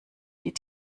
die